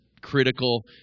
critical